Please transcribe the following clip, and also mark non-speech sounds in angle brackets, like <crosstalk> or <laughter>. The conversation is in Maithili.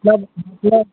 <unintelligible>